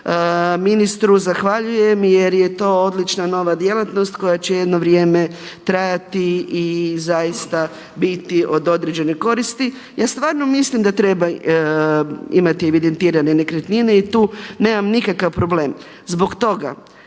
ministru zahvaljujem jer je to odlična nova djelatnost koja će jedno vrijeme trajati i zaista biti od određene koristi. Ja stvarno mislim da treba imati evidentirane nekretnine i tu nemam nikakva problem. Zbog toga